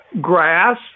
grass